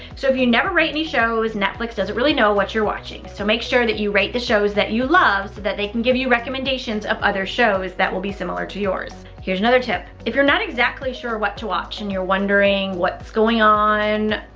so if you never rate any shows, netflix doesn't really know what you're watching. so make sure that you rate the shows that you love so that they can give you recommendations of other shows that will be similar to yours. lauren greutman here's another tip, if you're not exactly sure what to watch and you're wondering what's going on.